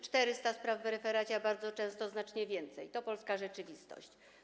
400 spraw w referacie, a bardzo często znacznie więcej - to polska rzeczywistość.